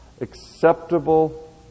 acceptable